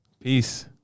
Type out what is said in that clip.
Peace